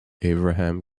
avraham